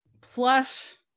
plus